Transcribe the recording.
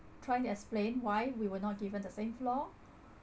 trying to explain why we were not given the same floor